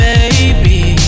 Baby